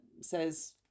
says